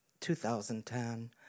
2010